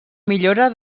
millora